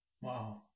wow